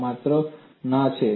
જવાબ માત્ર ના છે